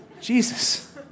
Jesus